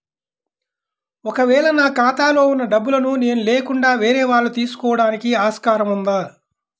ఒక వేళ నా ఖాతాలో వున్న డబ్బులను నేను లేకుండా వేరే వాళ్ళు తీసుకోవడానికి ఆస్కారం ఉందా?